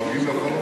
אנחנו דואגים לכל,